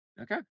okay